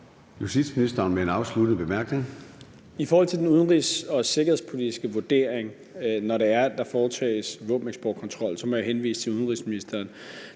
I forhold til den udenrigs- og sikkerhedspolitiske vurdering, når der foretages våbeneksportkontrol, må jeg henvise til udenrigsministeren.